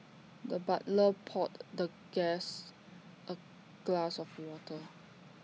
the butler poured the guest A glass of water